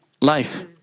life